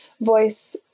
voice